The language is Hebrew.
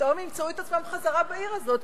פתאום ימצאו את עצמם חזרה בעיר הזאת,